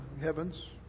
heavens